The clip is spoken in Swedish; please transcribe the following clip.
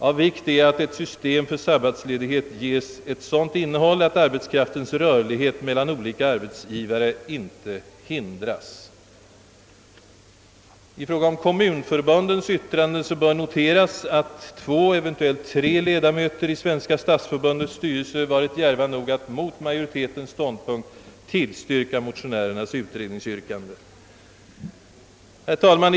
Av vikt är att ett system för sabbatsledighet ges ett sådant innehåll att arbetskraftens rörlighet mellan olika arbetsgivare inte hindras.» I fråga om kommunförbundens yttranden bör noteras att två, eventuellt tre, ledamöter i Svenska stadsförbundets styrelse har varit djärva nog att mot majoritetens ståndpunkt tillstyrka motionärernas utredningsyrkande. Herr talman!